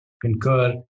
Concur